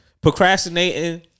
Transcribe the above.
Procrastinating